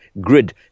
grid